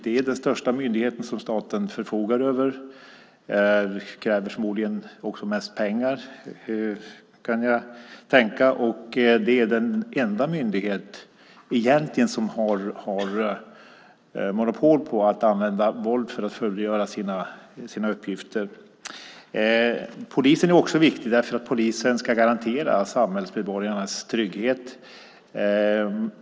Det är den största myndigheten som staten förfogar över. Den kräver förmodligen också mest pengar. Det är egentligen den enda myndigheten som har monopol på att använda våld för att fullgöra sina uppgifter. Polisen är också viktig därför att den ska garantera samhällsmedborgarnas trygghet.